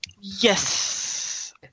Yes